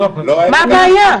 מה הבעיה?